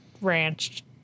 ranch